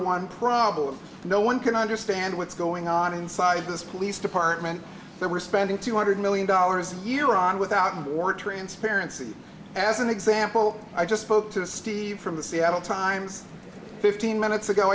one problem no one can understand what's going on inside this police department that we're spending two hundred million dollars a year on without more transparency as an example i just spoke to steve from the seattle times fifteen minutes ago